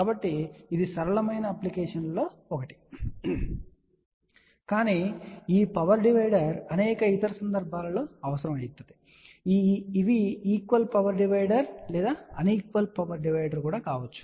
కాబట్టి ఇది సరళమైన అప్లికేషన్లలో ఒకటి కానీ ఈ పవర్ డివైడర్ అనేక ఇతర సందర్భాలలో అవసరం కావచ్చు ఇవి ఈక్వల్ పవర్ డివైడర్ లేదా అన్ ఈక్వల్ పవర్ డివైడర్ కావచ్చు